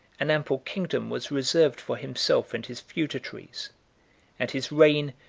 an ample kingdom was reserved for himself and his feudatories and his reign,